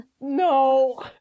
No